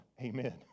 amen